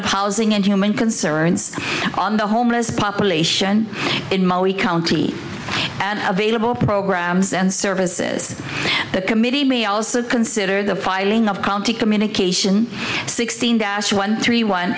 of housing and human concerns on the homeless population in mali county and available programs and services the committee may also consider the filing of county communication sixteen dash one three one